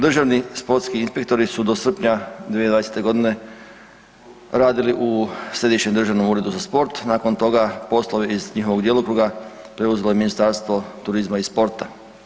Državni sportski inspektori su do srpnja 2020.g. radili u Središnjem državnom uredu za sport, nakon toga poslove iz njihovog djelokruga preuzelo je Ministarstvo turizma i sporta.